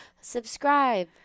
Subscribe